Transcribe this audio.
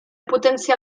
potenciar